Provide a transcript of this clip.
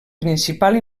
principal